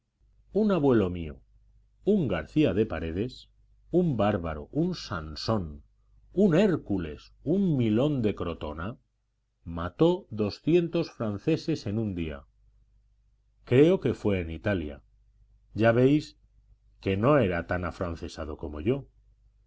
un abuelo mío un garcía de paredes un bárbaro un sansón un hércules un milón de crotona mató doscientos franceses en un día creo que fue en italia ya veis que no era tan afrancesado como yo